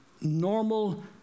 normal